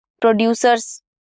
producers